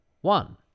one